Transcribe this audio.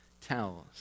tells